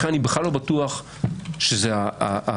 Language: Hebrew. לכן אני בכלל לא בטוח שזה אפקטיבי.